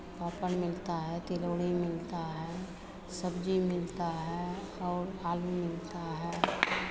पापड़ मिलता है तिलौरी मिलता है सब्ज़ी मिलता है और आलू मिलता है